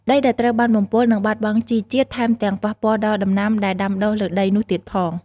ដីដែលត្រូវបានបំពុលនឹងបាត់បង់ជីជាតិ ថែមទាំងប៉ះពាល់ដល់ដំណាំដែលដាំដុះលើដីនោះទៀតផង។